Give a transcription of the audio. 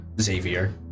Xavier